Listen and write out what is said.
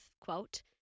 quote